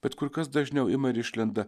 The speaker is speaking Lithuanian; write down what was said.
bet kur kas dažniau ima ir išlenda